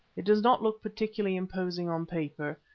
it does not look particularly imposing on paper,